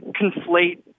conflate